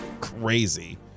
crazy